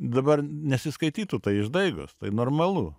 dabar nesiskaitytų tai išdaigos tai normalu